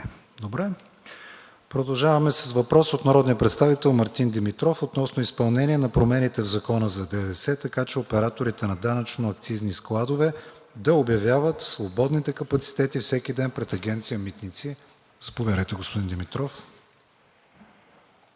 добре. Продължаваме с въпрос от народния представител Мартин Димитров относно изпълнение на промените в закона за ДДС, така че операторите на данъчно-акцизни складове да обявяват свободните капацитети всеки ден пред Агенция „Митници“. Заповядайте, господин Димитров. МАРТИН